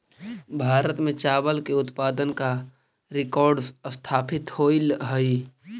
भारत में चावल के उत्पादन का रिकॉर्ड स्थापित होइल हई